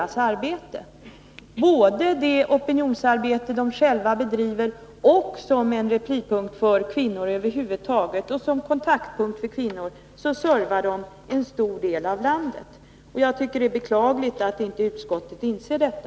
Det gäller både det opinionsarbete som de bedriver och deras funktion som en replipunkt för kvinnor över huvud taget. Som kontaktpunkt för kvinnor servar de en stor del av landet. Jag tycker det är beklagligt att utskottet inte inser detta.